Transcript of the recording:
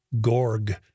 Gorg